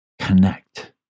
connect